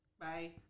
Bye